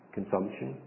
Consumption